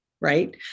right